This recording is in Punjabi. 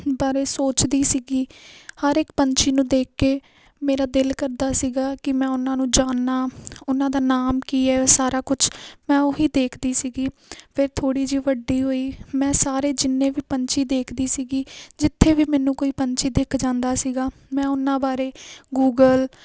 ਬਾਰੇ ਸੋਚਦੀ ਸੀਗੀ ਹਰ ਇੱਕ ਪੰਛੀ ਨੂੰ ਦੇਖ ਕੇ ਮੇਰਾ ਦਿਲ ਕਰਦਾ ਸੀਗਾ ਕਿ ਮੈਂ ਉਹਨਾਂ ਨੂੰ ਜਾਣਾ ਉਹਨਾਂ ਦਾ ਨਾਮ ਕੀ ਹੈ ਉਹ ਸਾਰਾ ਕੁਝ ਮੈਂ ਉਹ ਹੀ ਦੇਖਦੀ ਸੀਗੀ ਫਿਰ ਥੋੜ੍ਹੀ ਜਿਹੀ ਵੱਡੀ ਹੋਈ ਮੈਂ ਸਾਰੇ ਜਿੰਨੇ ਵੀ ਪੰਛੀ ਦੇਖਦੀ ਸੀਗੀ ਜਿੱਥੇ ਵੀ ਮੈਨੂੰ ਕੋਈ ਪੰਛੀ ਦਿਖ ਜਾਂਦਾ ਸੀਗਾ ਮੈਂ ਉਹਨਾਂ ਬਾਰੇ ਗੂਗਲ